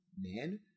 Man